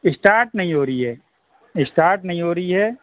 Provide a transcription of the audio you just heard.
start نہیں ہو رہی ہے اسٹارٹ نہیں ہو رہی ہے